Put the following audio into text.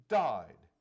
died